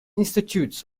institutes